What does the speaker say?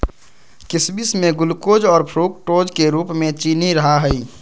किशमिश में ग्लूकोज और फ्रुक्टोज के रूप में चीनी रहा हई